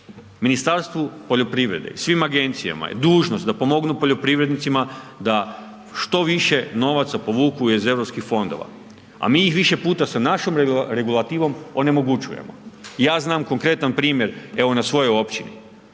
Ministarstvu poljoprivrede i svim agencijama je dužnost da pomognu poljoprivrednicima da što više novaca povuku iz EU fondova, a mi ih više puta sa našom regulativom onemogućujemo. Ja znam konkretan primjer, evo na svojoj općini.